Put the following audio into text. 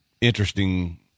interesting